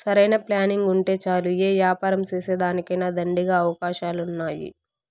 సరైన ప్లానింగుంటే చాలు యే యాపారం సేసేదానికైనా దండిగా అవకాశాలున్నాయి